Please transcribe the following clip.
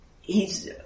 he's-